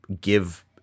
give